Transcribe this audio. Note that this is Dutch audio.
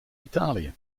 italië